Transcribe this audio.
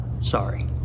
sorry